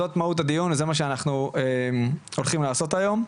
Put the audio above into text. זאת מהות הדיון, זה מה שאנחנו הולכים לעשות היום.